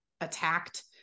attacked